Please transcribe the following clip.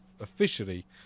officially